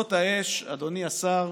זאת האש, אדוני השר,